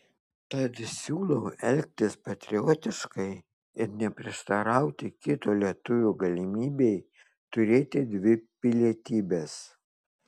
tad siūlau elgtis patriotiškai ir neprieštarauti kito lietuvio galimybei turėti dvi pilietybes